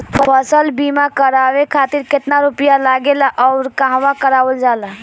फसल बीमा करावे खातिर केतना रुपया लागेला अउर कहवा करावल जाला?